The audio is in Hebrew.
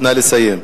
נא לסיים.